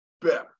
better